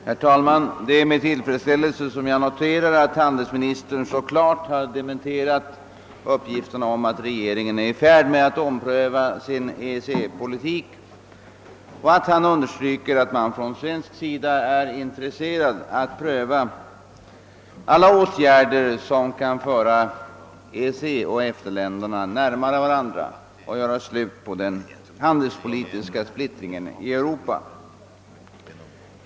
Herr talman! Det är med tillfredsställelse jag noterar att handelsministern så klart dementerat uppgifterna om att regeringen är i färd med att ompröva sin EEC-politik och att han understryker att man från svensk sida är intresserad av att överväga alla åtgärder som kan föra EEC och EFTA länderna närmare varandra och göra slut på den handelspolitiska splittringen i Europa.